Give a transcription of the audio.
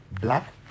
black